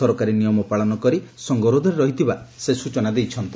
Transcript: ସରକାରୀ ନିୟମ ପାଳନ କରି ସଙ୍ଗରୋଧରେ ରହିଥିବା ସେ ସ୍ଟଚନା ଦେଇଛନ୍ତି